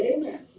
Amen